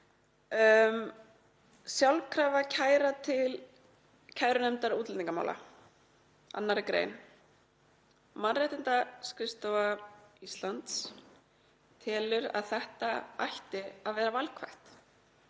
Sjálfkrafa kæra til kærunefndar útlendingamála, sbr. 2. gr. Mannréttindaskrifstofa Íslands telur að þetta ætti að vera valkvætt